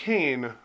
Kane